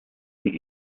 die